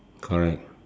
correct